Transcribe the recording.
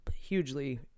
hugely